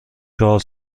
چهار